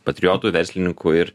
patriotu verslininku ir